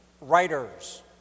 writers